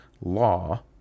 law